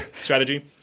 strategy